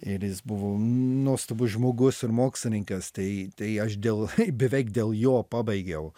ir jis buvo nuostabus žmogus ir mokslininkas tai tai aš dėl beveik dėl jo pabaigiau